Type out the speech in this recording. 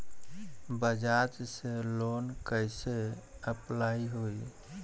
बज़ाज़ से लोन कइसे अप्लाई होई?